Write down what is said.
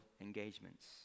engagements